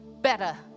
better